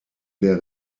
der